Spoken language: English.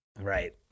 Right